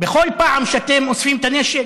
בכל פעם שאתם אוספים את הנשק,